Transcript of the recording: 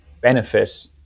benefit